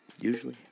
usually